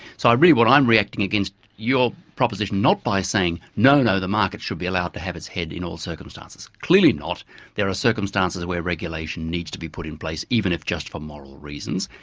so i really, what i'm reacting against your proposition not by saying, no, no the market should be allowed to have its head in all circumstances. clearly not there are circumstances where regulation needs to be put in place even if just for moral reasons.